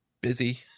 busy